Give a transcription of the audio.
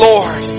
Lord